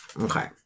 Okay